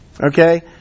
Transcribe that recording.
okay